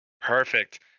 Perfect